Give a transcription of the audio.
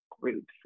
groups